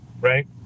right